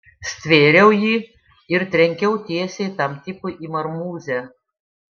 stvėriau jį ir trenkiau tiesiai tam tipui į marmūzę